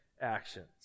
actions